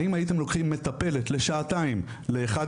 האם הייתם לוקחים מטפלת לשעתיים לאחד